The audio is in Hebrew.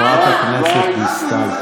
חברת הכנסת דיסטל.